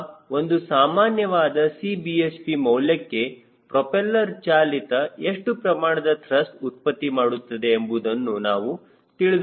ಅಥವಾ ಒಂದು ಸಾಮಾನ್ಯವಾದ Cbhp ಮೌಲ್ಯಕ್ಕೆ ಪ್ರೋಪೆಲ್ಲರ್ ಚಾಲಿತ ಎಷ್ಟು ಪ್ರಮಾಣದ ತ್ರಸ್ಟ್ ಉತ್ಪತ್ತಿ ಮಾಡುತ್ತದೆ ಎಂಬುದನ್ನು ನಾವು ತಿಳಿದುಕೊಳ್ಳಬೇಕು